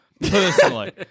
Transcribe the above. Personally